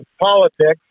politics